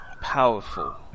Powerful